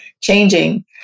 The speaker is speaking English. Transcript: changing